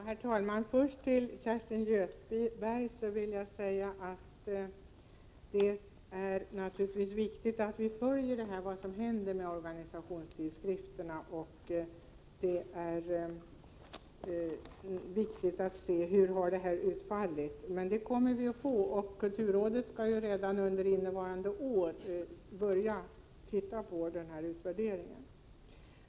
Herr talman! Först vill jag säga till Kerstin Göthberg att det naturligtvis är viktigt att följa vad som händer med organisationstidskrifterna. Det är viktigt att se utfallet, och vi kommer att få göra det. Kulturrådet skall redan under innevarande år börja med denna utvärdering.